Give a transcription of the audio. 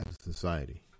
society